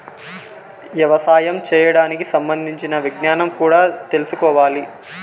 యవసాయం చేయడానికి సంబంధించిన విజ్ఞానం కూడా తెల్సుకోవాలి